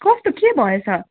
कस्तो के भएछ